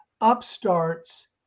upstarts